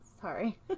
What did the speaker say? Sorry